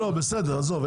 בסדר עזוב,